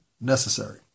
necessary